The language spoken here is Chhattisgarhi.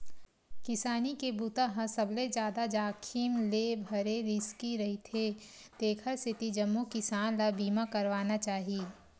किसानी के बूता ह सबले जादा जाखिम ले भरे रिस्की रईथे तेखर सेती जम्मो किसान ल बीमा करवाना चाही